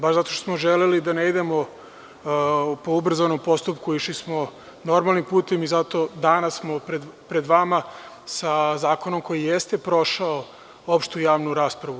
Baš zato što smo želeli da ne idemo po ubrzanom postupku, išli smo normalnim putem, i zato danas smo pred vama sa zakonom koji jeste prošao opštu javnu raspravu.